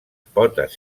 potes